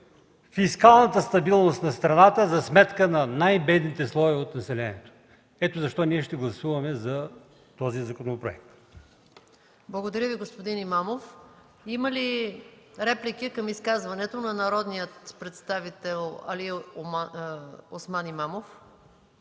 фискалната стабилност на страната за сметка на най-бедните слоеве от населението. Ето защо ние ще гласуваме за този законопроект. ПРЕДСЕДАТЕЛ МАЯ МАНОЛОВА: Благодаря Ви, господин Имамов. Има ли реплики към изказването на народния представител Алиосман Имамов?